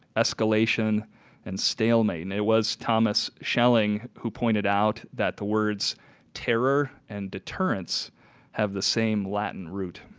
escalation and stalemate. and it was thomas schelling who pointed out that the words terror and deterrence have the same latin root.